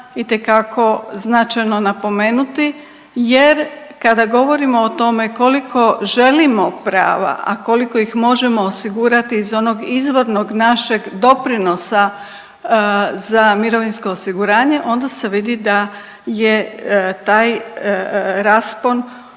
itekako značajno napomenuti, jer kada govorimo o tome koliko želimo prava, a koliko ih možemo osigurati iz onog izvornog našeg doprinosa za mirovinsko osiguranje, onda se vidi da je taj raspon